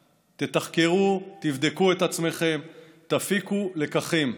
תתחקרו, תבדקו את עצמכם, תפיקו לקחים.